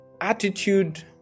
attitude